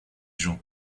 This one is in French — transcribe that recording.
gens